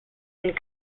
and